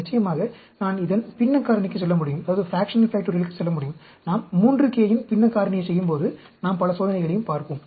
நிச்சயமாக நான் இதன் பின்னக் காரணிக்குச் செல்ல முடியும் நாம் 3k இன் பின்னக் காரணியைச் செய்யும்போது நாம் பல சோதனைகளையும் பார்ப்போம்